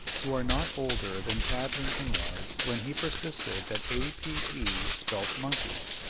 who are not older than tad lincoln was when he persisted that a p e spelt monkey.